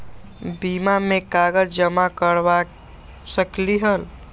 बीमा में कागज जमाकर करवा सकलीहल?